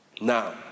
Now